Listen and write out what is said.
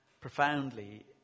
profoundly